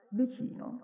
vicino